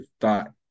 thought